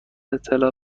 اطلاع